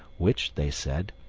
which, they said,